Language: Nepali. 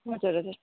हजुर हजुर